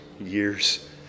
years